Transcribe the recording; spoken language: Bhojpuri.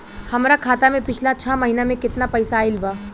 हमरा खाता मे पिछला छह महीना मे केतना पैसा आईल बा?